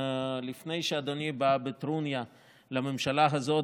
לפני שאדוני בא בטרוניה לממשלה הזאת